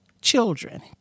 children